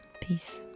peace